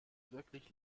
wirklich